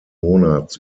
monats